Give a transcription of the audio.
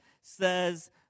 says